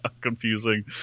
confusing